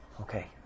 Okay